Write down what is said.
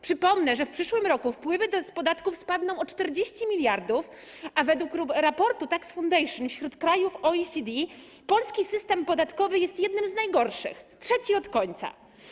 Przypomnę, że przyszłym roku wpływy z podatków spadną o 40 mld, a według raportu Tax Foundation wśród krajów OECD polski system podatkowy jest jednym z najgorszych, trzeci od końca.